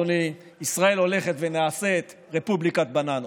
אדוני: ישראל הופכת ונעשית רפובליקת בננות.